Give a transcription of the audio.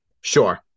Sure